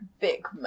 big